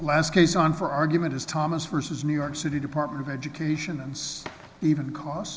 last case on for argument is thomas versus new york city department of education and even c